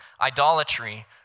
idolatry